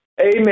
Amen